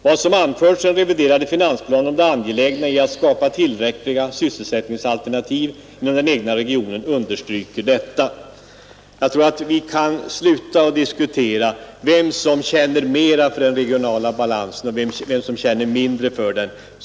Vad som anförts i den reviderade finansplanen om det angelägna i att skapa tillräckliga sysselsättningsalternativ inom den egna regionen understryker detta.” Jag tror att vi skall sluta att diskutera vem som känner mera för den regionala balansen och vem som känner mindre för den.